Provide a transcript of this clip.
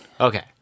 Okay